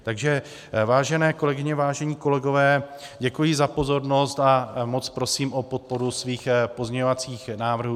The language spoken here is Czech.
Takže vážené kolegyně, vážení kolegové, děkuji za pozornost a moc prosím o podporu svých pozměňovacích návrhů.